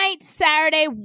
Saturday